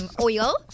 oil